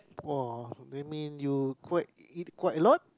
!wah! that mean you quite eat quite a lot